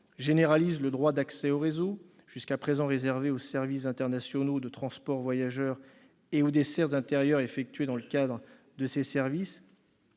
généralise le droit d'accès au réseau, jusqu'à présent réservé aux services internationaux de transport de voyageurs et aux dessertes intérieures effectuées dans le cadre de ces services,